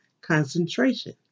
concentration